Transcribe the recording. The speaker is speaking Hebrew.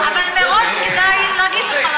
אבל מראש כדאי להגיד לך,